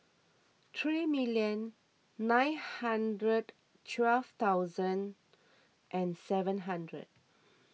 three million nine hundred twelve thousand and seven hundred